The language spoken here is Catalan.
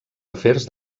afers